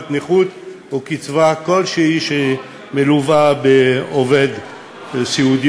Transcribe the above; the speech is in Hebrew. נכות או קצבה כלשהי שמלווה בעובד סיעוד,